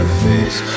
face